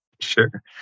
Sure